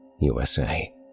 USA